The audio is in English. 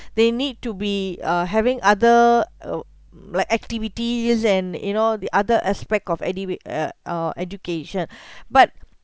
they need to be uh having other um like activities and you know the other aspect of anyway uh uh education but